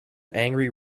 angry